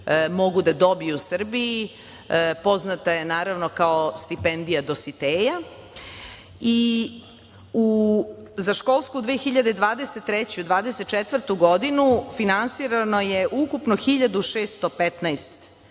mogu da dobiju u Srbiji. Poznata je kao „Stipendija Dositeja“. Za školsku 2023/24. godinu finansirano je ukupno 1615